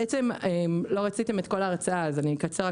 לא רציתם את כל ההרצאה, אז אקצר.